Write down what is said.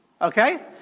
Okay